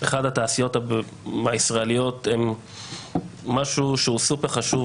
התעשיות הישראליות הן משהו שהוא סופר חשוב,